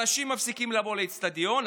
אנשים מפסיקים לבוא לאצטדיון,